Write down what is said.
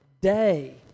day